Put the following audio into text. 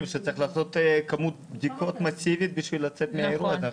שצריך לעשות כמות בדיקות מסיבית בשביל לצאת מהאירוע הזה.